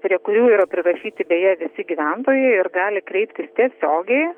prie kurių yra prirašyti beje visi gyventojai ir gali kreiptis tiesiogiai